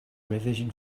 revision